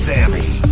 Sammy